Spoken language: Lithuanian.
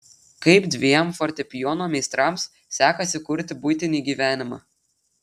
kaip dviem fortepijono meistrams sekasi kurti buitinį gyvenimą